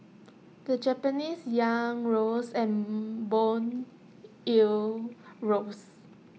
the Japanese Yen rose and Bond yields rose